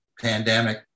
pandemic